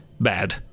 bad